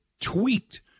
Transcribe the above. tweaked